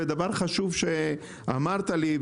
דבר חשוב נוסף שאמרתי לי,